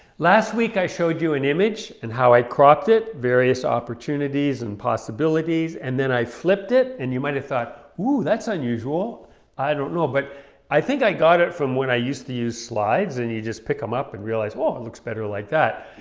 last week i showed you an image and how i cropped it various opportunities and possibilities and then i flipped it and you might have thought, oh that's unusual i don't know but i think i got it from when i used to use slides and you just pick them up and realize, oh it looks better like that!